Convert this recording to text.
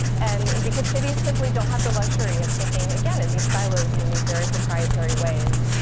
and, because cities simply don't have the luxury of thinking, again, in these silos and in these very proprietary ways.